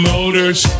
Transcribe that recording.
Motors